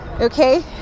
okay